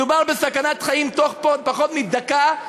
מדובר בסכנת חיים בתוך פחות מדקה.